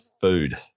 food